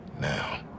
now